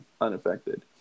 unaffected